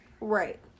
Right